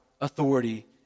authority